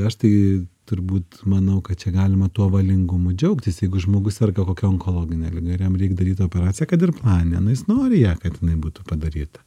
aš tai turbūt manau kad čia galima tuo valingumu džiaugtis jeigu žmogus serga kokia onkologine liga ir jam reik daryti operaciją kad ir planinę nu jis nori ją kad jinai būtų padaryta